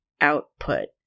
output